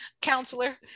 counselor